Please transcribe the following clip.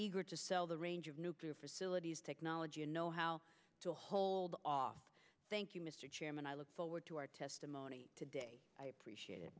eager to sell the range of nuclear facilities technology and know how to hold off thank you mr chairman i look forward to our testimony today i appreciate